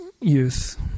youth